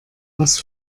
was